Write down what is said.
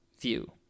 view